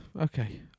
okay